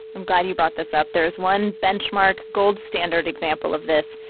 i'm glad you brought this up. there is one benchmark, gold standard example of this.